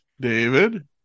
David